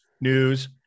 news